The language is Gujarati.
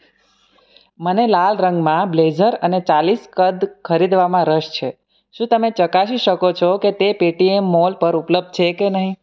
મને લાલ રંગમાં બ્લેઝર અને ચાલીસ કદ ખરીદવામાં રસ છે શું તમે ચકાસી શકો છો કે તે પેટીએમ મોલ પર ઉપલબ્ધ છે કે નહીં